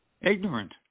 Ignorant